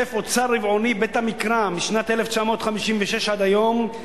אוסף אוצר רבעוני "בית המקרא" משנת 1956 עד היום,